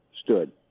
stood